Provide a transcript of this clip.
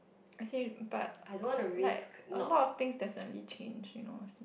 I see but like a lot things definitely change you know